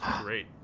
great